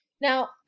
Now